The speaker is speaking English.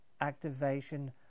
activation